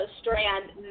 strand